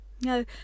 No